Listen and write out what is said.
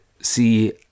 see